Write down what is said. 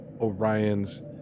Orion's